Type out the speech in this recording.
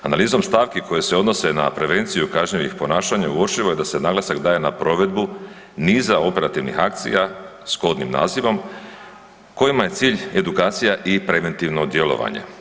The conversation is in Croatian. Analizom stavki koje se odnose na prevenciju kaznenih ponašanja uočljivo je da se naglasak daje na provedbu niza operativnih akcija s kodnim nazivom kojima je cilj edukacija i preventivno djelovanje.